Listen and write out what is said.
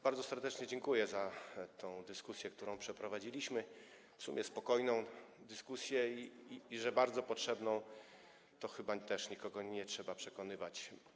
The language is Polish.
Bardzo serdecznie dziękuję za tę dyskusję, którą przeprowadziliśmy, w sumie spokojną, a że bardzo potrzebną, to chyba nikogo nie trzeba przekonywać.